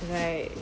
right